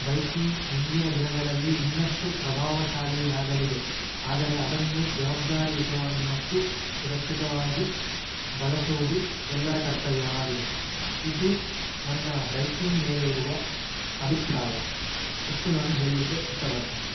biking ಮುಂದಿನ ದಿನಗಳಲ್ಲಿ ಇನ್ನಷ್ಟು ಪ್ರಭಾವಶಾಲಿಯಾಗಲಿದೆ ಆದರೆ ಅದನ್ನು ಜವಾಬ್ದಾರಿಯುತವಾಗಿ ಮತ್ತು ಸುರಕ್ಷಿತವಾಗಿ ಬಳಸುವುದು ಎಲ್ಲರ ಕರ್ತವ್ಯ ಆಗಿದೆ ಇದ್ದು ನನ್ನ ಬೈಕಿಂಗ್ ಮೇಲೆ ಇರುವ ಅಭಿಫ್ರಾಯ ಇಷ್ಟು ನಾನು ಹೇಳಲಿಕ್ಕೆ ಇಷ್ಟಪಡ್ತೇನೆ